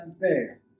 unfair